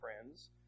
friends